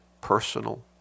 Personal